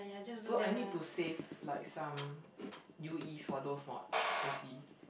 so I need to save like some U_Es for those mods you see